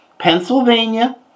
Pennsylvania